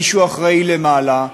מישהו אחראי למעלה,